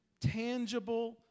tangible